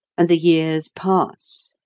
and the years pass,